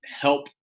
help